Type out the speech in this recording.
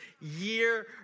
year